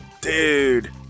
dude